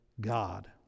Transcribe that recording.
God